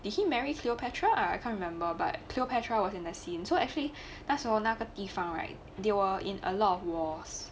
did he married cleopatra I I cant remember but cleopatra was in the scene so actually 那时候那个地方 right they were in a lot of wars